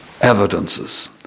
evidences